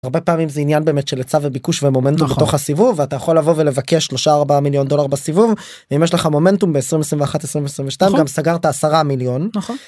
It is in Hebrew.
הרבה פעמים זה עניין באמת של היצע וביקוש והמומנטום נכון בתוך הסיבוב, אתה יכול לבוא ולבקש 3 4 מיליון דולר בסיבוב, ואם יש לך מומנטום ב2021 2022 נכון גם סגרת 10 מיליון נכון.